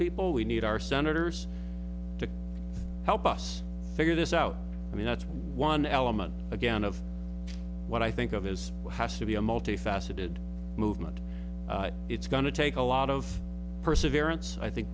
people we need our senators to help us figure this out i mean that's one element again of what i think of as has to be a multifaceted movement it's going to take a lot of perseverance i think